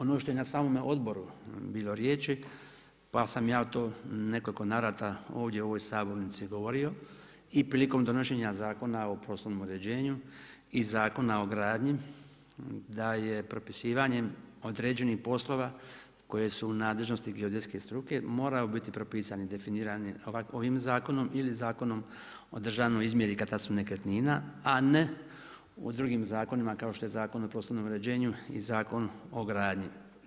Ono što je na samome odboru bilo riječi, pa sam ja to u nekoliko navrata ovdje u ovoj sabornici govorio i prilikom donošenja Zakona o prostornom uređenju i Zakona o gradnji da je propisivanjem određenim poslova koje su u nadležnosti geodetske struke morao biti propisan i definirani ovako ovim zakonom ili Zakonom o državnoj izmjeri katastrom nekretnina, a ne u drugim zakonima, kao što je Zakon o poslovnom uređenju i Zakon o gradnji.